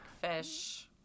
Fish